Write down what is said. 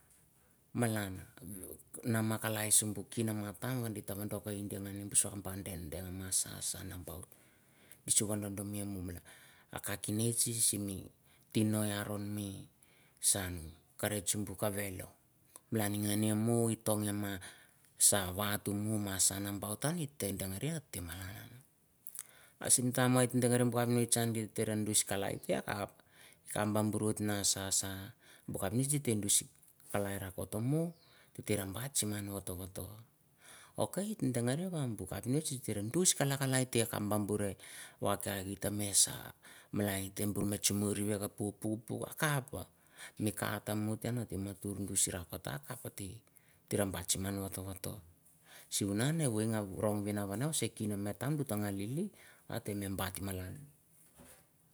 Malanah nah mah, kalai simba kihman wah tah ttoh tsang won dito vandok han dih han buh sok bah dengaderreh, mah sahsah nambaut. lh sokoh eh cacinist, simi timo ia ron mi sah mu kara. sim buh kah veh loh malan. Gan neh moh ih tomg eh mah savah xumula mah sah, sha nambaut yau eh dengereh buhan capnist han. Gite nanduh shi kalai teh akap. kaman buhrut nah sha, sha bu capnist diteh duh sip kalai rakot tamu titeh nem buhs. Kah lah eh ih kam buh burr in wah wah wah kah gite mehss mi laiteh bur chi mu riah aka puh puh akaph mi kah ate muh teian akapateh. Teh rem baysihm nau vot vot simu man eh woi gei row, vinah vinah seh kih meh tam ghi tam gah lili, ate mim bat malan.